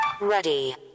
Ready